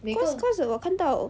cause cause when 我看到